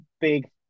big